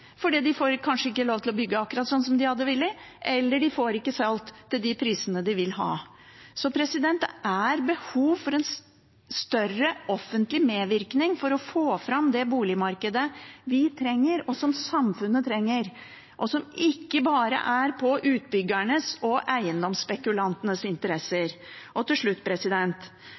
de får kanskje ikke lov til å bygge akkurat sånn som de vil, eller de får ikke solgt til de prisene de vil ha. Så det er behov for en større offentlig medvirkning for å få fram det boligmarkedet vi trenger, og som samfunnet trenger, og som ikke bare er i utbyggernes og eiendomsspekulantenes interesse. Til slutt: